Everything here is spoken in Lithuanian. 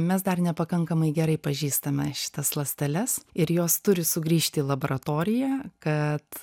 mes dar nepakankamai gerai pažįstame šitas ląsteles ir jos turi sugrįžt į laboratoriją kad